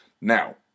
Now